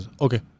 Okay